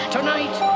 Tonight